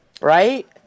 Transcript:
Right